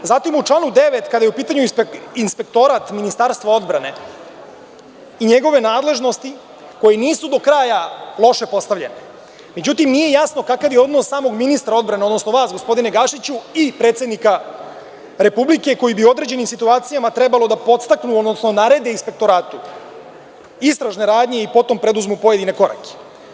U članu 9, kada je u pitanju Inspektorat Ministarstva odbrane i njegove nadležnosti koje nisu do kraja loše postavljene, nije jasno kakav je odnos samog ministra odbrane, odnosno vas, gospodine Gašiću, i predsednika Republike koji bi u određenim situacijama trebalo da podstakne, odnosno naredi Inspektoratu istražne radnje i potom da preduzmu određene korake.